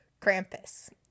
Krampus